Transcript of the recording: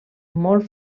molt